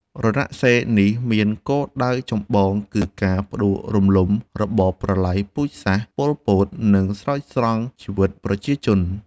រណសិរ្សនេះមានគោលដៅចម្បងគឺការផ្ដួលរំលំរបបប្រល័យពូជសាសន៍ ប៉ុល ពត និងស្រោចស្រង់ជីវិតប្រជាជន។